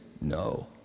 no